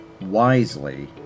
wisely